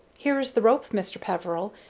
here is the rope, mr. peveril,